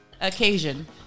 occasion